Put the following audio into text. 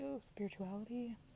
spirituality